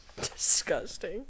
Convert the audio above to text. Disgusting